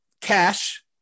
Cash